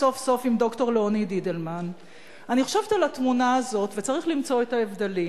אבל ערבות הדדית משמעותה בין כל חלקי